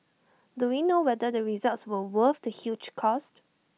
do we know whether the results were worth the huge cost